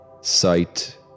sight